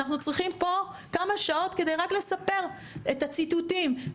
אנחנו צריכים פה כמה שעות כדי רק לספר את הציטוטים,